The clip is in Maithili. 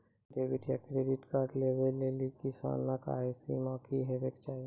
डेबिट या क्रेडिट कार्ड लेवाक लेल किसानक आय सीमा की हेवाक चाही?